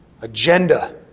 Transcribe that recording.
agenda